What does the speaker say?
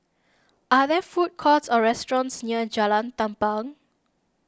are there food courts or restaurants near Jalan Tampang